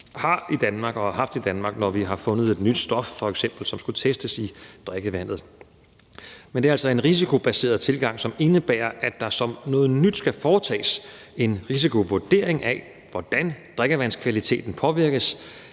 har i Danmark og har haft i Danmark, når vi f.eks. har fundet et nyt stof i drikkevandet, som skulle testes. Det er altså en risikobaseret tilgang, som indebærer, at der som noget nyt skal foretages en risikovurdering af, hvordan drikkevandskvaliteten påvirkes